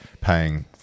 paying